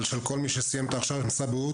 אבל גם של כל מי שסיים את ההכשרה במשרד הבריאות.